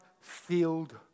filled